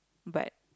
but